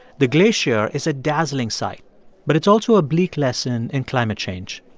the glacier is a dazzling sight but it's also a bleak lesson in climate change.